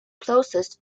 closest